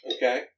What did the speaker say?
Okay